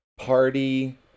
party